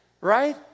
right